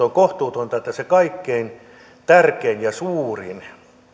on kohtuutonta että se kaikkein tärkein ja suurin